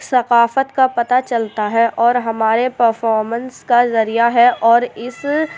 ثقافت کا پتہ چلتا ہے اور ہمارے پرفارمنس کا ذریعہ ہے اور اس